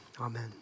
Amen